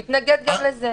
משרד הבריאות מתנגד גם לזה.